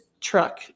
truck